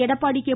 Edappadi K